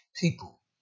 people